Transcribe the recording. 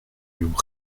nous